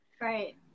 right